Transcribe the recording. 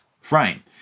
frame